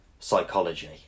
psychology